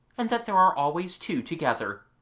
and that there are always two together.